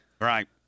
Right